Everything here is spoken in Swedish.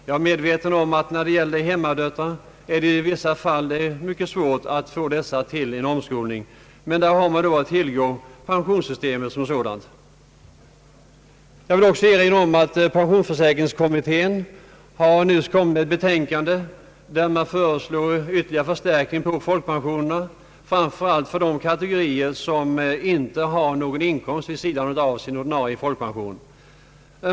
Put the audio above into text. Jag är medveten om att när det gäller hemmadöttrar är det i vissa fall mycket svårt att få dem till omskolning, men där har man då att tillgå pensionssystemet som sådant. Jag vill också erinra om att pensionsförsäkringskommittén nyss framlagt ett betänkande, där man föreslår ytterligare förstärkning av folkpensionerna, framför allt för de kategorier som inte har någon inkomst vid sidan av sin ordinarie folkpension.